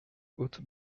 hautes